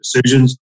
decisions